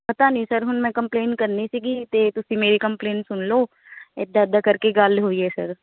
ਪਤਾ ਨੀ ਸਰ ਹੁਣ ਮੈਂ ਕੰਪਲੇਨ ਕਰਨੀ ਸੀਗੀ ਅਤੇ ਤੁਸੀਂ ਮੇਰੀ ਕੰਪਲੇਂਟ ਸੁਣ ਲਓ ਇਦਾਂ ਇਦਾਂ ਕਰਕੇ ਗੱਲ ਹੋਈ ਹੈ ਸਰ